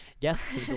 yes